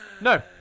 No